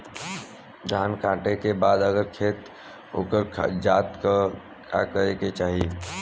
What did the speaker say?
धान कांटेके बाद अगर खेत उकर जात का करे के चाही?